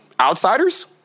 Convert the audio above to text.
Outsiders